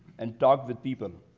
and talked with people,